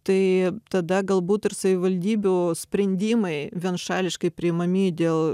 tai tada galbūt ir savivaldybių sprendimai vienašališkai priimami dėl